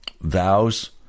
vows